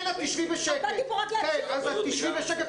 כן, את תשבי בשקט.